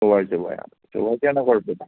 ചൊവ്വാഴ്ച്ച പോയാൽ മതി ചൊവ്വാഴ്ച്ച ആണെങ്കിൽ കുഴപ്പമില്ല